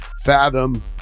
Fathom